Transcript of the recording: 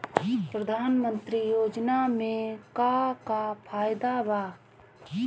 प्रधानमंत्री योजना मे का का फायदा बा?